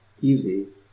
easy